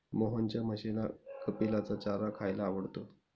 मोहनच्या म्हशीला कपिलाचा चारा खायला आवडतो